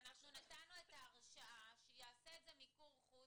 אנחנו נתנו את ההרשאה שיעשה את זה מיקור חוץ